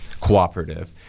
cooperative